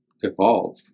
evolve